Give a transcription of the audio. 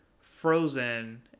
Frozen